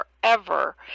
forever